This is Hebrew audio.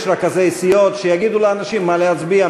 יש רכזי סיעות, שיגידו לאנשים מה להצביע.